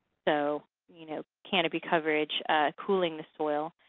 so you know canopy coverage cooling the soil.